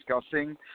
discussing